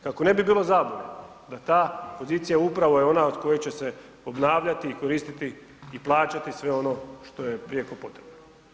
Kako ne bi bilo zabune da ta pozicija upravo je ona od koje će se obnavljati i koristiti i plaćati sve ono što je prijeko potrebno.